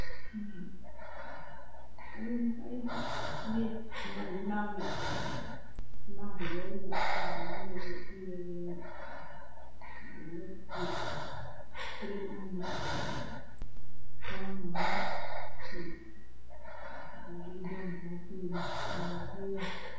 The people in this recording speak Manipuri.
ꯎꯝ ꯑꯗꯨꯅꯤ ꯑꯩꯁꯨ ꯐꯅꯦꯛ ꯑꯃ ꯏꯃꯥꯒꯤ ꯏꯃꯥꯒꯤꯗꯣ ꯑꯩꯅ ꯁꯥꯕꯗꯨꯗꯒꯤ ꯄꯤꯔꯒꯦꯅ ꯐꯨꯔꯤꯠ ꯑꯣꯏꯅ ꯇꯔꯥꯃꯉꯥ ꯃꯧꯈꯩꯒ